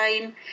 time